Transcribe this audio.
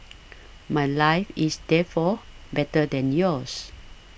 my life is therefore better than yours